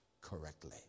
correctly